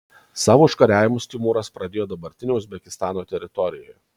savo užkariavimus timūras pradėjo dabartinio uzbekistano teritorijoje